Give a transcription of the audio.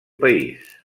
país